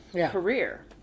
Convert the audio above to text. career